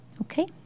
okay